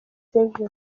savio